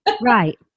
Right